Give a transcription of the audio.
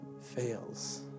fails